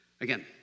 Again